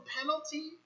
penalty